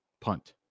punt